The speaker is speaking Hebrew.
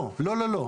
לא, לא.